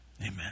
Amen